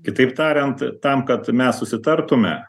kitaip tariant tam kad mes susitartume